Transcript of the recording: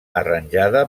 arranjada